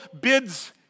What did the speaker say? bids